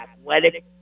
athletic